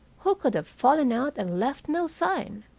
who could have fallen out and left no sign?